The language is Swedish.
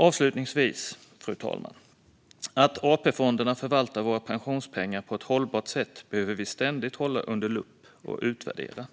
Avslutningsvis, fru talman: Att AP-fonderna förvaltar våra pensionspengar på ett hållbart sätt behöver vi ständigt hålla under lupp och utvärdera.